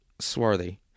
swarthy